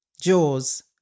Jaws